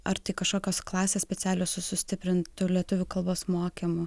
ar tai kažkokios klasės specialios su sustiprintu lietuvių kalbos mokymu